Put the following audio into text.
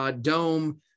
Dome